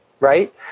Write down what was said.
right